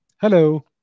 hello